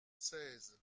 seize